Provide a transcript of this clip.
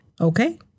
okay